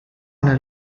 una